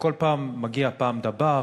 פעם מגיע "דבאח",